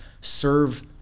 serve